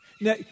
Now